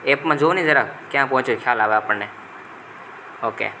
એપમાં જુઓને જરાક ક્યાં પહોંચ્યો ખ્યાલ આવે આપણને ઓકે